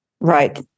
Right